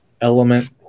element